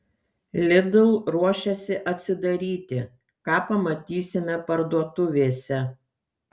lidl ruošiasi atsidaryti ką pamatysime parduotuvėse